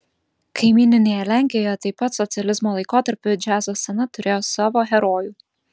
kaimyninėje lenkijoje taip pat socializmo laikotarpiu džiazo scena turėjo savo herojų